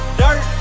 dirt